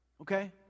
okay